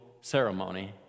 ceremony